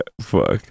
fuck